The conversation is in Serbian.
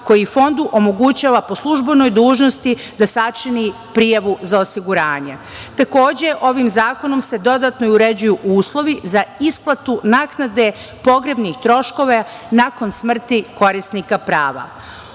koji Fondu omogućava po službenoj dužnosti da sačini prijavu za osiguranje. Takođe, ovim zakonom se dodatno uređuju uslovi za isplatu naknade pogrebnih troškova nakon smrti korisnika prava. Osim